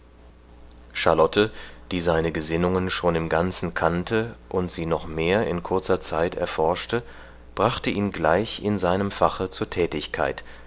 charlotte die seine gesinnungen schon im ganzen kannte und sie noch mehr in kurzer zeit erforschte brachte ihn gleich in seinem fache zur tätigkeit